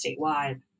statewide